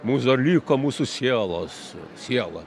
mums dar liko mūsų sielos siela